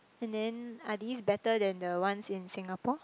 and then are these better than the ones in Singapore